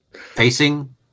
Facing